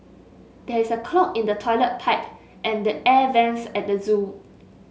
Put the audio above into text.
there is a clog in the toilet pipe and the air vents at the zoo